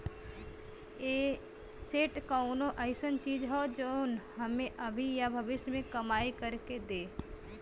asset कउनो अइसन चीज हौ जौन हमें अभी या भविष्य में कमाई कर के दे